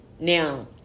Now